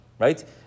right